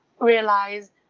realize